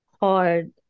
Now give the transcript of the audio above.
hard